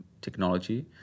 technology